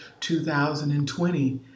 2020